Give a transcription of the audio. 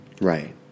Right